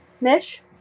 Mish